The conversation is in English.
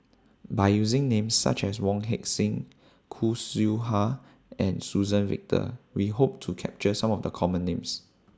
By using Names such as Wong Heck Sing Khoo Seow Hwa and Suzann Victor We Hope to capture Some of The Common Names